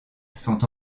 sont